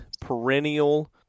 perennial